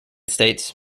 states